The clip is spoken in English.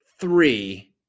three